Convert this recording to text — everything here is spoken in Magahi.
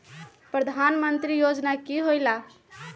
प्रधान मंत्री योजना कि होईला?